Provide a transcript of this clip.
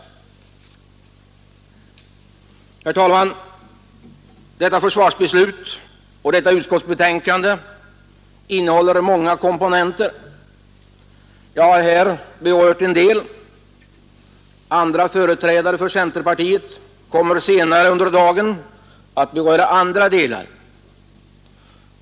Herr talman! Detta försvarsbeslut och detta utskottsbetänkande innehåller många komponenter. Jag har här berört en del. Andra företrädare för centerpartiet kommer senare under dagen att beröra andra delar.